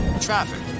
Traffic